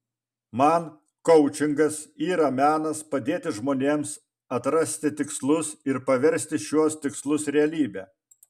man koučingas yra menas padėti žmonėms atrasti tikslus ir paversti šiuos tikslus realybe